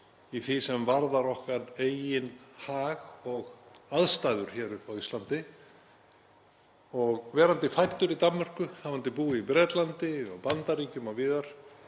í því sem varðar okkar eigin hag og aðstæður hér á Íslandi. Verandi fæddur í Danmörku, hafandi búið í Bretlandi og Bandaríkjunum og víðar,